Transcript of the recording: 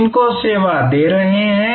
किनको सेवा दे रहे हैं